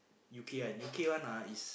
U_K one U_K one ah is